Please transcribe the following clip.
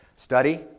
Study